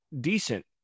decent